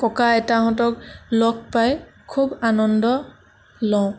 ককা আইতাহঁতক লগ পাই খুব আনন্দ লওঁ